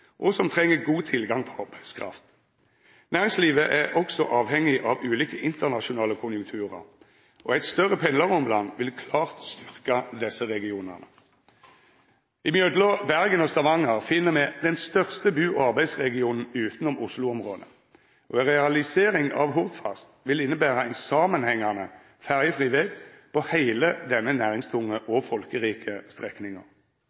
og som treng god tilgang på arbeidskraft. Næringslivet er også avhengig av ulike internasjonale konjunkturar, og eit større pendlaromland vil klart styrka desse regionane. Mellom Bergen og Stavanger finn me den største bu- og arbeidsregionen utanom Oslo-området, og ei realisering av Hordfast vil innebera ein samanhengande ferjefri veg på heile denne næringstunge og folkerike strekninga.